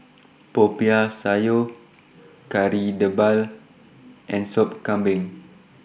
Popiah Sayur Kari Debal and Soup Kambing